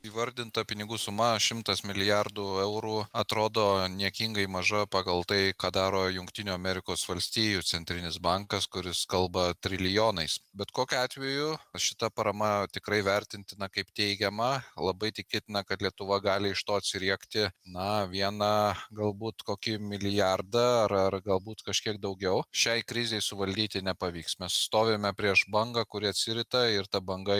įvardinta pinigų suma šimtas milijardų eurų atrodo niekingai maža pagal tai ką daro jungtinių amerikos valstijų centrinis bankas kuris kalba trilijonais bet kokiu atveju šita parama tikrai vertintina kaip teigiama labai tikėtina kad lietuva gali iš to atsiriekti na viena galbūt kokį milijardą ar ar galbūt kažkiek daugiau šiai krizei suvaldyti nepavyks mes stovime prieš bangą kuri atsirita ir ta banga